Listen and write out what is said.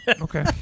Okay